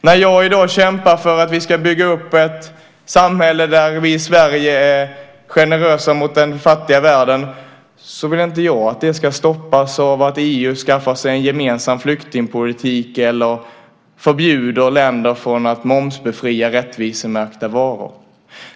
När jag i dag kämpar för att vi ska bygga upp ett samhälle där vi i Sverige är generösa mot den fattiga världen så vill inte jag att det ska stoppas av att EU skaffar sig en gemensam flyktingpolitik eller förbjuder länder att momsbefria rättvisemärkta varor.